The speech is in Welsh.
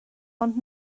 ond